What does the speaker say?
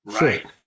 Right